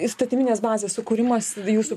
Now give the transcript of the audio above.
įstatyminės bazės sukūrimas jūsų